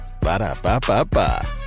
Ba-da-ba-ba-ba